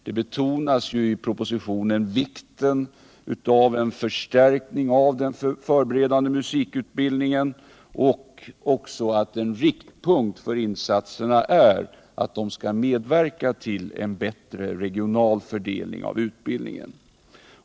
I propositionen betonas vikten av en förstärkning av den förberedande musikutbildningen samt att en riktpunkt för insatserna är att de skall medverka till bättre regional fördelning av utbildningen.